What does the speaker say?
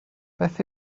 beth